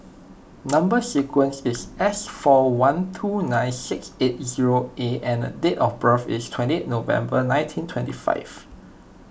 Number Sequence is S four one two nine six eight zero A and date of birth is twenty November nineteen twenty five